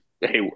Hey